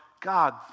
God